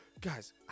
guys